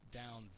down